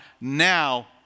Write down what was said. now